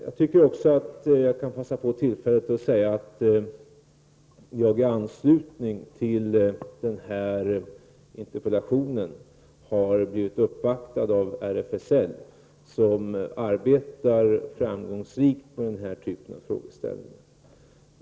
Jag kan passa på tillfället att säga att jag i anslutning till interpellationen har blivit uppvaktad av RFSL, som arbetar framgångsrikt med dessa frågor.